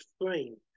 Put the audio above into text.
frame